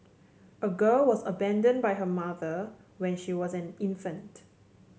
a girl was abandoned by her mother when she was an infant